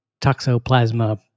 toxoplasma